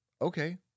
Okay